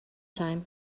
time